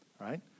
right